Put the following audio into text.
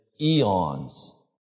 eons